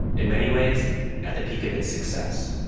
in many ways at the peak of its success,